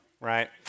right